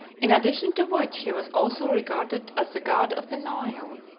in addition to which he was also regarded as the god of the nile,